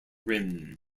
rim